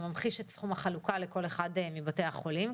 שממחיש את סכום החלוקה לכל אחד מבתי החולים,